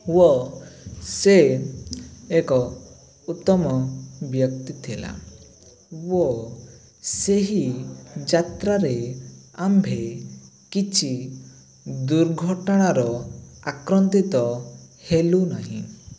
ଓ ସେ ଏକ ଉତ୍ତମ ବ୍ୟକ୍ତି ଥିଲା ଓ ସେହି ଯାତ୍ରାରେ ଆମ୍ଭେ କିଛି ଦୁର୍ଘଟଣାର ଆକ୍ରନ୍ତିତ ହେଲୁ ନାହିଁ